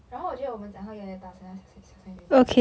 然后我觉得我们讲话有点大声要小声一点点